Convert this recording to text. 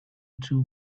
too